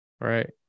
right